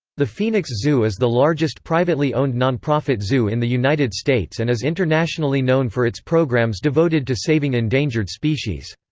the phoenix zoo is the largest privately owned non-profit zoo in the united states and is internationally known for its programs devoted to saving endangered species.